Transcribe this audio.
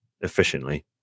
efficiently